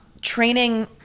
training